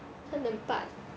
三点半